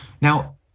Now